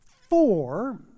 Four